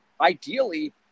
ideally